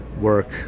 work